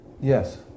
Yes